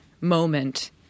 moment